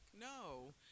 no